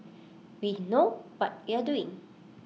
we know what you are doing